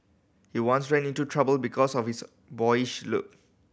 he once ran into trouble because of his boyish look